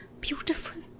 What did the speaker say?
beautiful